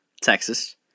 Texas